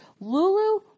Lulu